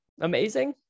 amazing